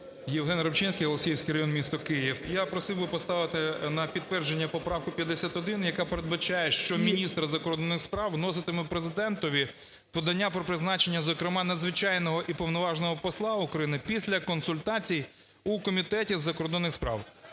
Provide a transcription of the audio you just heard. Євген Рибчинський, Голосіївський район місто Київ. Я просив би поставити на підтвердження поправку 51, яка передбачає, що міністр закордонних справ виноситиме Президентові подання про призначення, зокрема, Надзвичайно і Повноваженого посла України після консультацій у Комітеті з закордонних справ.